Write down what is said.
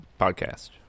podcast